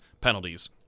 penalties